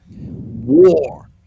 war